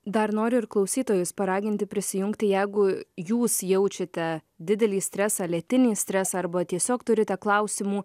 dar ir klausytojus paraginti prisijungti jeigu jūs jaučiate didelį stresą lėtinį stresą arba tiesiog turite klausimų